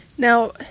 Now